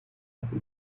uko